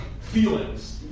feelings